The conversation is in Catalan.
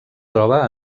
troba